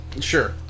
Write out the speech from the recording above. Sure